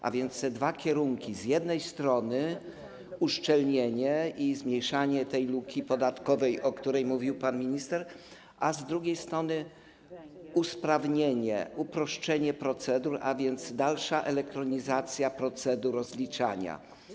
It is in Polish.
Tak więc chodzi tu o dwa kierunki: z jednej strony - uszczelnienie i zmniejszanie tej luki podatkowej, o której mówił pan minister, a z drugiej strony - usprawnienie, uproszczenie procedur, a więc dalszą elektronizację procedur rozliczania.